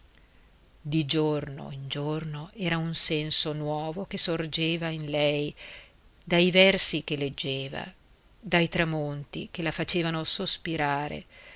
di giorno in giorno era un senso nuovo che sorgeva in lei dai versi che leggeva dai tramonti che la facevano sospirare